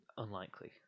Unlikely